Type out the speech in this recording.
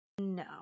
no